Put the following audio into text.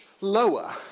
lower